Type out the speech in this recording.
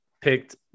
picked